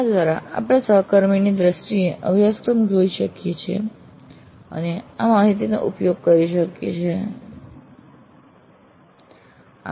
આ દ્વારા આપણે સહકર્મીની દ્રષ્ટિએ અભ્યાસક્રમ જોઈ શકીએ છીએ અને આ માહિતીનો ઉપયોગ અભ્યાસક્રમના સુધારાઓની યોજના માટે પણ થઈ શકે છે